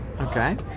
Okay